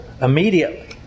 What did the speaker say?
Immediately